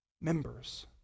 members